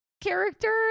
character